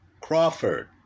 Crawford